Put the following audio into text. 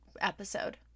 episode